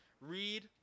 read